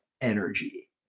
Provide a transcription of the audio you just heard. energy